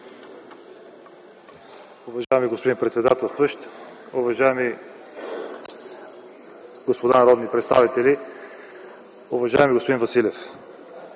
Уважаеми господин председател, уважаеми дами и господа народни представители, уважаеми господин Чукарски!